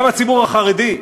גם הציבור החרדי,